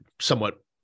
somewhat